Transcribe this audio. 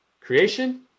Creation